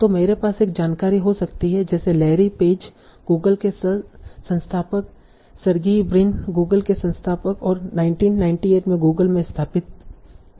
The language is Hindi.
तो मेरे पास एक जानकारी हो सकती है जैसे लैरी पेज गूगल के संस्थापक सेर्गेई ब्रिन गूगल के संस्थापक और 1998 में गूगल में स्थापित किए गए